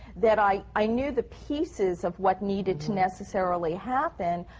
that i i knew the pieces of what needed to necessarily happen.